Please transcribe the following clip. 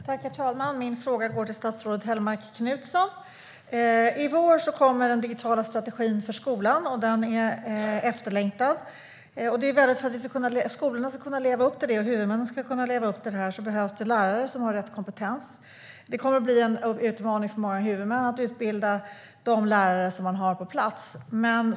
Herr talman! Min fråga går till statsrådet Hellmark Knutsson. I vår kommer den digitala strategin för skolan. Den är efterlängtad. För att skolorna och huvudmännen ska kunna leva upp till den behövs det lärare som har rätt kompetens. Det kommer att bli en utmaning för många huvudmän att utbilda de lärare som man har.